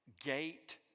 gate